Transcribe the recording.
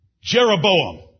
Jeroboam